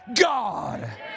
God